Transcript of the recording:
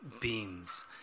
beams